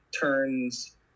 turns